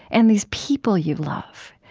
and these people you love,